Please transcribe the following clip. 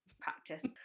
practice